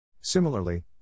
Similarly